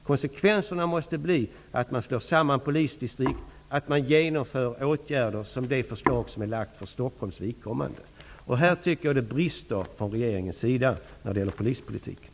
Konsekvenserna måste bli att man slår samman polisdistrikt och att man genomför åtgärder, exempelvis åtgärderna i det förslag som är framlagt för Stocksholms vidkommande. Det brister från regeringens sida när det gäller polispolitiken.